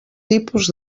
tipus